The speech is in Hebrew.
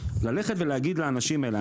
ללכת ולהגיד לאנשים האלה,